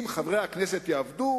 אם חברי הכנסת יעבדו